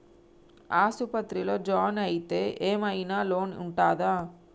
ఆస్పత్రి లో జాయిన్ అయితే ఏం ఐనా లోన్ ఉంటదా?